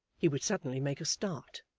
he would suddenly make a start,